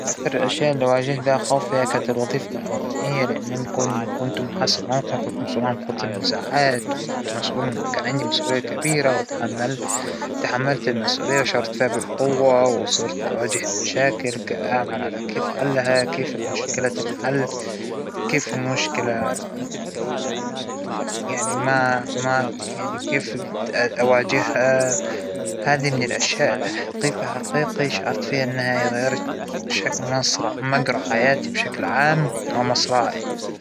الحمد لله أنا بطبيعتى إنى شخصية قوية، مو بس سهلة، مو بال- ممكن السيطرة عليها أو إن شى حدا يخوفنى، فما عندى لحظة بعينها أحكى عليها، ترانى على طول الحمد لله أحس بقوتى، وأحس بقوة شخصيتى، وما بخاف من أى شى، فما عندى لحظة معينة.